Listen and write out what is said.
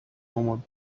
مامان